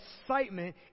excitement